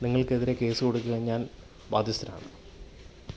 നിങ്ങൾക്കെതിരെ കേസ് കൊടുക്കാൻ ഞാൻ ബാധ്യസ്ഥനാണ്